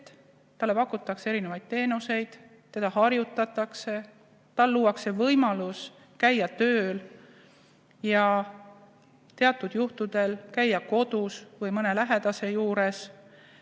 talle pakutakse erinevaid teenuseid, teda harjutatakse, talle luuakse võimalus käia tööl ja teatud juhtudel käia kodus või mõne lähedase juures.